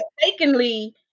mistakenly